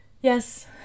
yes